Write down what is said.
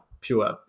pure